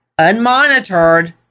unmonitored